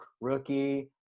rookie